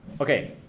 Okay